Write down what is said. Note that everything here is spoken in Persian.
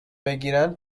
بگیرن